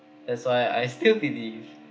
that's why I still believe